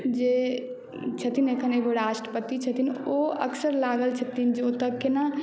जे छथिन एखन एगो राष्ट्रपति छथिन ओ अक्सर लागल छथिन जे ओतय कोना